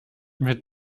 mit